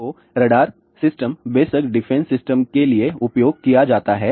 तो radar system बेशक defence system के लिए उपयोग किया जाता है